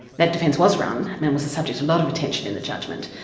that defence was run, and and was the subject of a lot of attention in the judgement.